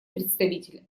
представитель